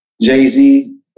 Jay-Z